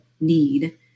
need